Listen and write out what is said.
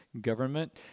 government